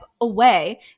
away